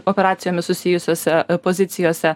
operacijomis susijusiuose pozicijose